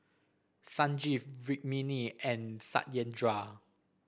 Sanjeev Rukmini and Satyendra